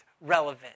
relevant